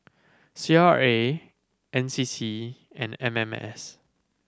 C R A N C C and M M S